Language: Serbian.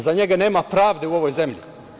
Za njega nema pravde u ovoj zemlji.